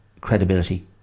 credibility